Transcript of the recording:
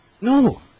No